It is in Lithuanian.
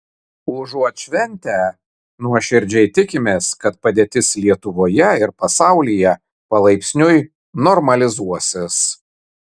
užuot šventę nuoširdžiai tikimės kad padėtis lietuvoje ir pasaulyje palaipsniui normalizuosis